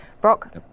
Brock